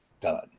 done